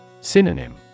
Synonym